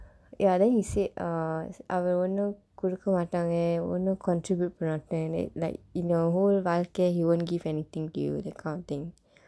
ya then he said err அவர் ஒன்னும் கொடுக்க மாட்டாங்க ஒன்னும்:avar onnum kodukka maatdaangka onnum contribute பன்ன மாட்டாங்க:panna maatdaangka like in your whole வாழ்க்கை:vaazhkkai he won't give anything to you that kind of thing